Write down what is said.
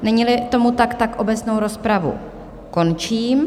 Neníli, tomu tak, tak obecnou rozpravu končím.